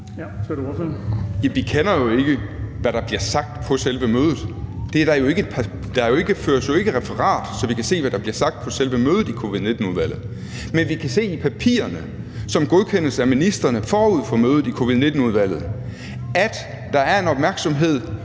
Vi ved jo ikke, hvad der bliver sagt på selve mødet. Der føres jo ikke referat, så vi kan se, hvad der bliver sagt på selve mødet i covid-19-udvalget, men vi kan se af papirerne, som godkendes af ministrene forud for mødet i covid-19-udvalget, at der er en opmærksomhed